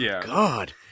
God